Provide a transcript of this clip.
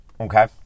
Okay